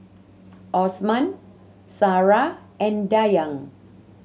Osman Sarah and Dayang